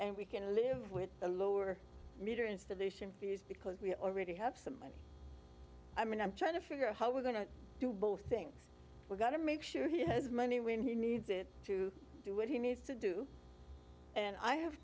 and we can live with a lower meter installation fees because we already have some i mean i'm trying to figure out how we're going to do both things we've got to make sure he has money when he needs it to do what he needs to do and i have